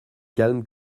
calme